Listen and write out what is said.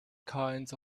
kinds